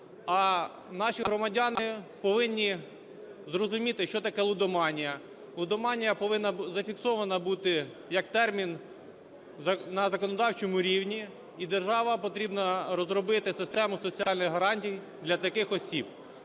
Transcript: а наші громадяни повинні зрозуміти, що таке лудоманія. Лудоманія повинна зафіксована бути як термін на законодавчому рівні, і державі потрібно розробити систему соціальних гарантій для таких осіб.